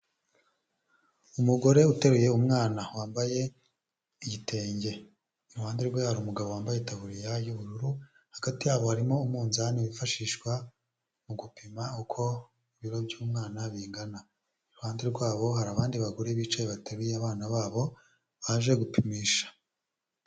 Umugore uteruye umwana wambaye igitenge, iruhande rwe hari umugabo wambaye itaburiya y'ubururu, hagati yabo harimo umunzani wifashishwa mu gupima uko ibiro by'umwana bingana. Iruhande rwabo hari abandi bagore bicaye bataruye abana babo baje gupimisha.